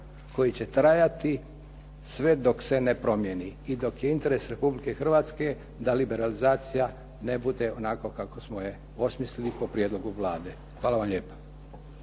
koji će trajati sve dok se ne promijeni i dok je interes Republike Hrvatske da liberalizacija ne bude onako kako smo je osmislili po prijedlogu Vlade. Hvala vam lijepa.